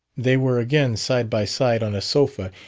they were again side by side on a sofa,